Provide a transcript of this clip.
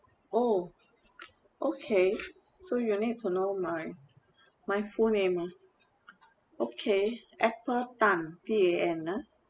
oh okay so you need to know my my full name ah okay apple tan T A N ah